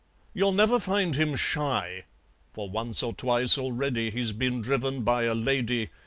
you'll never find him shy for, once or twice already, he's been driven by a lady,